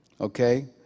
okay